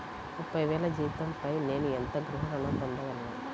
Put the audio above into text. ముప్పై వేల జీతంపై నేను ఎంత గృహ ఋణం పొందగలను?